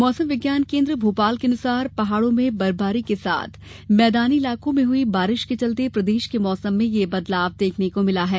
मौसम विज्ञान केन्द्र भोपाल के अनुसार पहाड़ों में बर्फबारी के साथ मैदानी इलाकों में हुई बारिश के चलते प्रदेश के मौसम में यह बदलाव देखने को मिला है